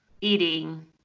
eating